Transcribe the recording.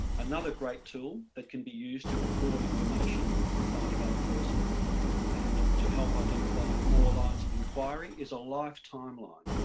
another great tool that can be used to record information that you find about a person and to help identify more lines of inquiry, is a life timeline,